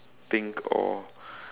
think or